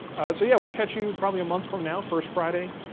so yeah we'll catch you probably a month from now. first friday,